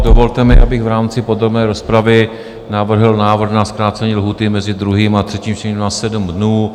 Dovolte mi, abych v rámci podrobné rozpravy navrhl návrh na zkrácení lhůty mezi druhým a třetím čtením na 7 dnů.